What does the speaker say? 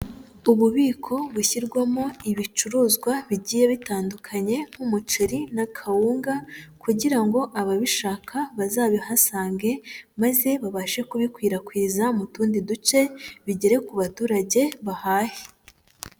Ububiko bushyirwamo ibicuruzwa bigiye bitandukanye nk'umuceri na kawunga kugira ngo ababishaka bazabihasange, maze babashe kubikwirakwiza mu tundi duce bigere ku baturage bahahe.